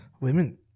Women